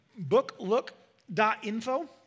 booklook.info